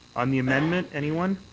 on the amendment, anyone?